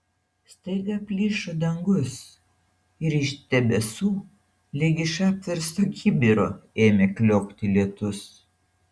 staiga plyšo dangus ir iš debesų lyg iš apversto kibiro ėmė kliokti lietus